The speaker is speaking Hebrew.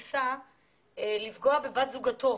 הוא ניסה לפגוע בבת הזוג שלו.